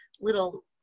little